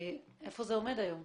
איפה זה עומד היום?